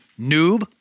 Noob